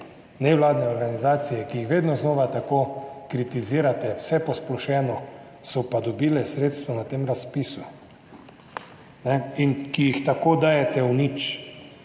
nevladne organizacije, ki jih vedno znova tako kritizirate, vse posplošeno, so pa dobile sredstva na tem razpisu, organizacije, ki jih tako dajete v nič.